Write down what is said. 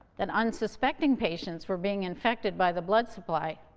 that unsuspecting patients were being infected by the blood supply,